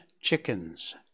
chickens